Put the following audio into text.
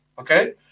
Okay